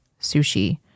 sushi